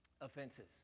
offenses